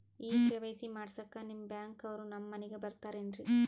ಈ ಕೆ.ವೈ.ಸಿ ಮಾಡಸಕ್ಕ ನಿಮ ಬ್ಯಾಂಕ ಅವ್ರು ನಮ್ ಮನಿಗ ಬರತಾರೆನ್ರಿ?